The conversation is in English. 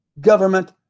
government